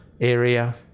area